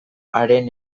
haren